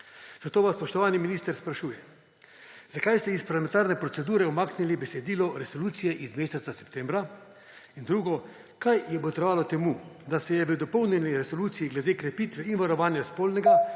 Zato vas, spoštovani minister, sprašujem: Zakaj ste iz parlamentarne procedure umaknili besedilo resolucije iz meseca septembra? Kaj je botrovalo temu, da se je v dopolnjeni resoluciji glede krepitve in varovanja spolnega